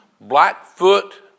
Blackfoot